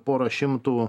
porą šimtų